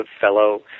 fellow